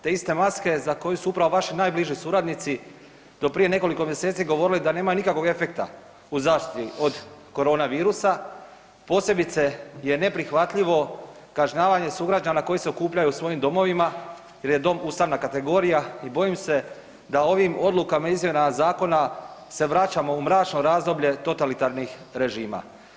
Te iste maske za koje su upravo vaši najbliži suradnici do prije nekoliko mjeseci govorili da nema nikakvog efekta u zaštiti od koronavirusa, posebice je neprihvatljivo kažnjavanje sugrađana koji se okupljaju u svojim domovima jer je dom ustavna kategorija i bojim se da ovim odlukama izmjena zakona se vraćamo u mračno razdoblje totalitarnih režima.